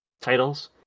titles